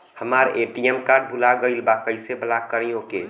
हमार ATM card भूला गईल बा कईसे ब्लॉक करी ओके?